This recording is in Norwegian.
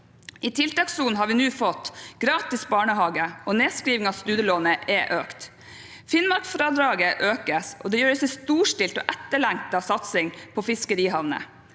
I tiltakssonen har vi nå fått gratis barnehage, og nedskriving av studielånet er økt. Finnmarksfradraget økes, og det gjøres en storstilt og etterlengtet satsing på fiskerihavner.